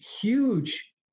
huge